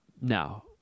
No